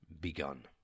begun